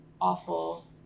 awful